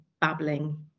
babbling